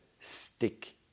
stick